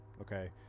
okay